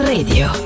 Radio